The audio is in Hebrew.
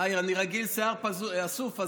אני רגיל לשיער אסוף.